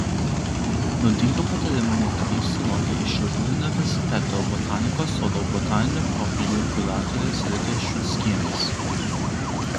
naudingų patarimų mokinys sulaukia iš šiaulių universiteto botanikos sodo botaninių kopijų kuratorės ritos šulskienės